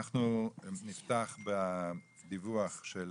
אנחנו נפתח בדיווח של